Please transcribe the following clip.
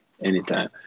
anytime